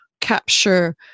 capture